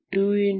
4